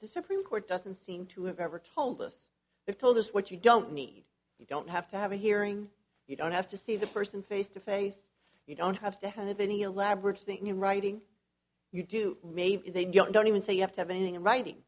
the supreme court doesn't seem to have ever told us they've told us what you don't need you don't have to have a hearing you don't have to see the person face to face you don't have to have any elaborate thing in writing you do maybe they don't even say you have to have anything in writing